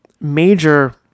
major